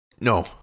No